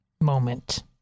moment